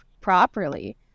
properly